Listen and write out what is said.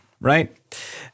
Right